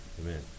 amen